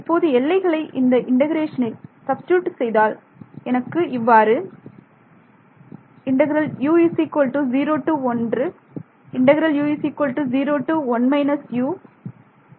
இப்போது எல்லைகளை இந்த இண்டெகரேஷனில் சப்ஸ்டிட்யூட் செய்தால் எனக்கு இவ்வாறு கிடைக்கும்